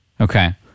Okay